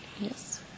Yes